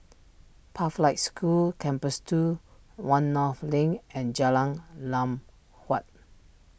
Pathlight School Campus two one North Link and Jalan Lam Huat